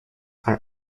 are